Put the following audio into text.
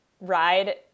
ride